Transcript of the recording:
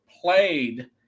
played